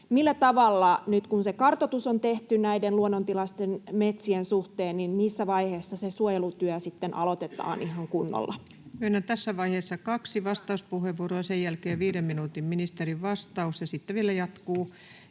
ministeriltä: kun kartoitus on tehty näiden luonnontilaisten metsien suhteen, missä vaiheessa suojelutyö sitten aloitetaan ihan kunnolla? Myönnän tässä vaiheessa kaksi vastauspuheenvuoroa. Sen jälkeen ministerin viiden minuutin vastaus ja sitten vielä jatkuu.